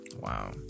wow